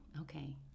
Okay